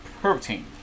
protein